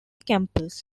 campus